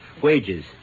Wages